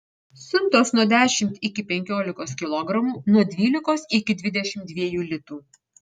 siuntos nuo dešimt iki penkiolikos kilogramų nuo dvylikos iki dvidešimt dviejų litų